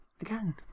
Again